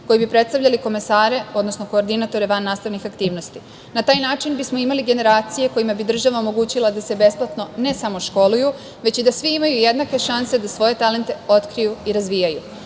koji bi predstavljali komesare, odnosno koordinatore vannastavnih aktivnosti. Na taj način bismo imali generacije kojima bi država omogućila da se besplatno ne samo školuju, već i da svi imaju jednake šanse da svoje talente otkriju i razvijaju.